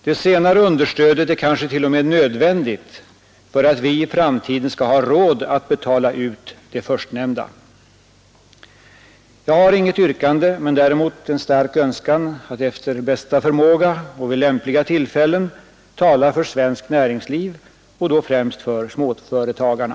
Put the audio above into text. Det senare understödet är kanske t.o.m. nödvändigt för att vi i framtiden skall ha råd att betala ut det förstnämnda. Jag har inget yrkande men däremot en stark önskan att efter bästa förmåga och vid lämpliga tillfällen tala för svenskt näringsliv och då främst för småföretagarna.